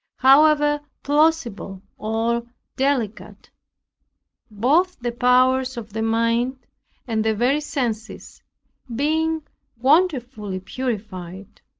however plausible or delicate both the powers of the mind and the very senses being wonderfully purified.